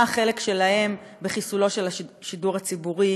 מה החלק שלהם בחיסולו של השידור הציבורי